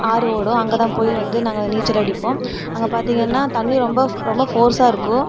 ஆறு ஓடும் அங்கே தான் போய் வந்து நாங்கள் நீச்சல் அடிப்போம் அங்கே பார்த்திங்கன்னா தண்ணி ரொம்ப ரொம்ப ஃபோர்ஸாக இருக்கும்